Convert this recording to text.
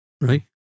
Right